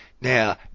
Now